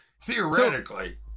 Theoretically